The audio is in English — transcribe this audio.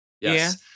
Yes